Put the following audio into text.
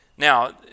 Now